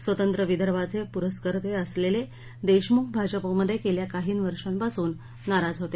स्वतंत्र विदर्भाचे पुरस्कर्ते असलेले देशमुख भाजपमध्ये गेल्या काही वर्षांपासून नाराज होते